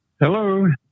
Hello